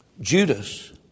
Judas